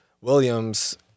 Williams